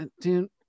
dude